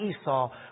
Esau